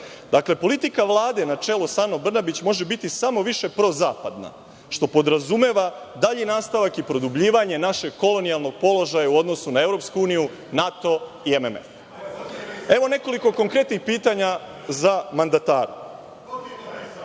politika Vlade, na čelu sa Anom Brnabić, može biti samo više pro zapadna, što podrazumeva dalji nastavak i produbljivanje našeg kolonijalnog položaja u odnosu na EU, NATO i MMF.Evo nekoliko konkretnih pitanja za mandatara.